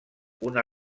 una